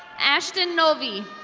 ashton nolgi.